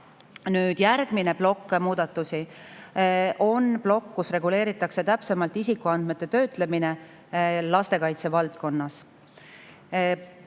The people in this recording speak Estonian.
Nüüd, järgmine plokk muudatusi on plokk, kus reguleeritakse täpsemalt isikuandmete töötlemist lastekaitse valdkonnas.